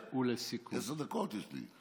עשר דקות יש לי.